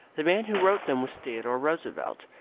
the man who wrote them was theodore roosevelt.